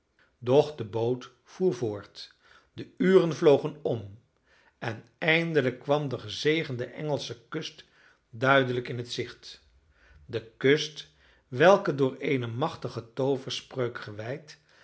doch de boot voer voort de uren vlogen om en eindelijk kwam de gezegende engelsche kust duidelijk in het gezicht de kust welke door eene machtige tooverspreuk gewijd